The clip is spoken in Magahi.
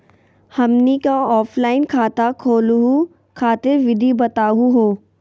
हमनी क ऑफलाइन खाता खोलहु खातिर विधि बताहु हो?